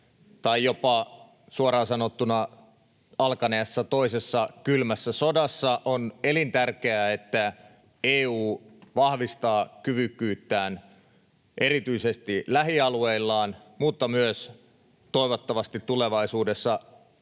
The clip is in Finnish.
tai jopa suoraan sanottuna alkaneessa toisessa kylmässä sodassa on elintär-keää, että EU vahvistaa kyvykkyyttään erityisesti lähialueillaan mutta myös toivottavasti tulevaisuudessa